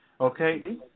okay